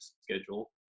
schedule